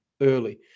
early